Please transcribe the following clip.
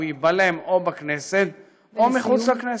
הוא ייבלם או בכנסת או מחוץ לכנסת.